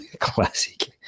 Classic